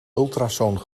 ultrasoon